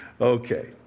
Okay